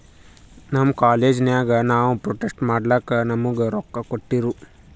ನಮ್ ಕಾಲೇಜ್ ನಾಗ್ ನಾವು ಪ್ರೊಜೆಕ್ಟ್ ಮಾಡ್ಲಕ್ ನಮುಗಾ ರೊಕ್ಕಾ ಕೋಟ್ಟಿರು